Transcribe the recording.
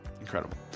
Incredible